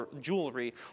jewelry